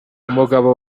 umugabo